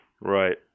Right